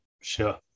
Sure